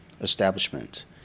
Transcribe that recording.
establishment